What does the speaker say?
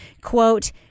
Quote